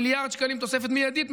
יש כמיליארד שקלים תוספת מיידית,